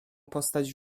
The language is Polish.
postać